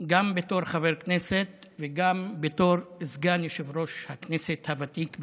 גם בתור חבר כנסת וגם בתור סגן יושב-ראש הכנסת הוותיק ביותר.